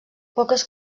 poques